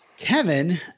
Kevin